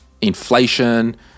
inflation